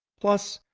plus,